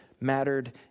mattered